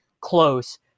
close